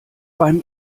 beim